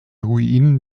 ruinen